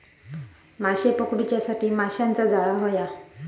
माशे पकडूच्यासाठी माशाचा जाळां होया